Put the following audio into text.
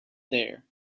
there